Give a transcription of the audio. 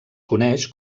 coneix